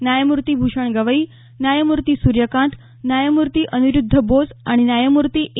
न्यायमूर्ती भूषण गवई न्यायमूर्ती सूर्यकांत न्यायमूर्ती अनिरुद्ध बोस आणि न्यायमूर्ती ए